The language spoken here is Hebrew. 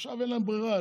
עכשיו אין להם ברירה,